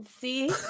See